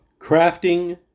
Crafting